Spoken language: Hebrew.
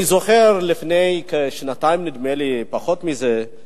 אני זוכר לפני כשנתיים, נדמה לי, פחות מזה,